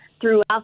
throughout